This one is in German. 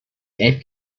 elf